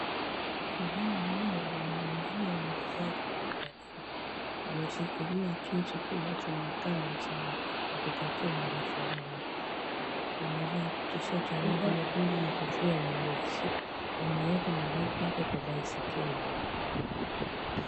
Kijana huyo anamuuzia mwenzake madafu. Ameshikilia kisu kinacho makali sana ya kukatia madafu hayo. Amevaa T-shirt ya rangi nyekundu na kofia nyeusi. Ameeka madafu yake kwa baiskeli.